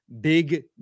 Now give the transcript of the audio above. big